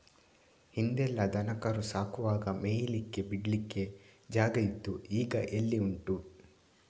ಹಿಂದೆಲ್ಲ ದನ ಕರು ಸಾಕುವಾಗ ಮೇಯ್ಲಿಕ್ಕೆ ಬಿಡ್ಲಿಕ್ಕೆ ಜಾಗ ಇತ್ತು ಈಗ ಎಲ್ಲಿ ಉಂಟು